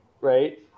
right